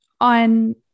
on